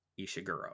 Ishiguro